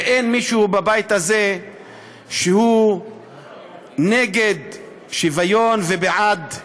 ואין מישהו בבית הזה שהוא נגד שוויון ובעד הפליה,